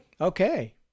okay